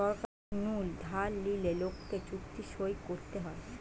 সরকার নু ধার লিলে লোককে চুক্তি সই করতে হয়